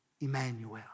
emmanuel